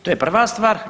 To je prva stvar.